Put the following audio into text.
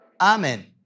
Amen